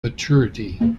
maturity